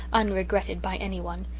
unregretted by anyone.